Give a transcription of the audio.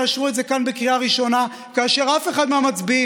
יאשרו את זה כאן בקריאה ראשונה כאשר אף אחד מהמצביעים,